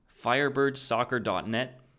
firebirdsoccer.net